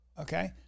Okay